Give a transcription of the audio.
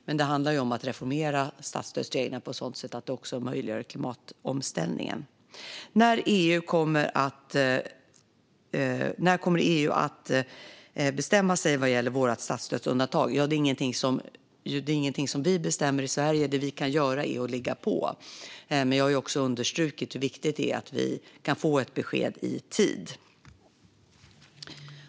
Men det handlar om att reformera statsstödsreglerna på ett sådant sätt att de möjliggör klimatomställningen. När kommer då EU att bestämma sig vad gäller vårt statsstödsundantag? Det är ingenting som vi bestämmer i Sverige. Det vi kan göra är att ligga på. Men jag har understrukit hur viktigt det är att vi kan få ett besked i tid.